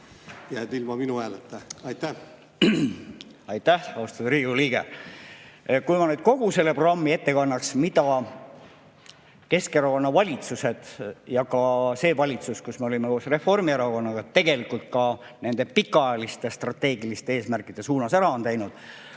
ilma minu hääleta. Aitäh, austatud Riigikogu liige! Kui ma nüüd kogu selle programmi ette kannaks, mida Keskerakonna valitsused ja ka see valitsus, kus me olime koos Reformierakonnaga, tegelikult pikaajalistest strateegilistest eesmärkidest on ära teinud,